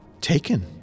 Taken